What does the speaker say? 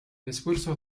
esfuerzo